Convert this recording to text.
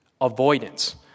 avoidance